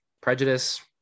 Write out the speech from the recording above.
prejudice